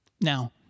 Now